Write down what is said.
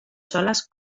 soles